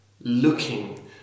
looking